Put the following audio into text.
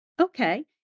okay